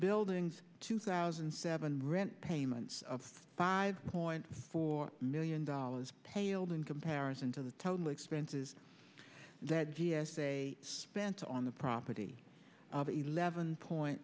buildings two thousand and seven rent payments of five point four million dollars paled in comparison to the total expenses that g s a spent on the property at eleven point